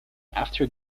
after